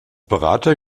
berater